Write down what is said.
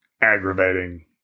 aggravating